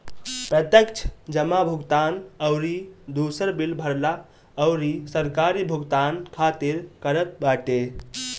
प्रत्यक्ष जमा भुगतान अउरी दूसर बिल भरला अउरी सरकारी भुगतान खातिर करत बाटे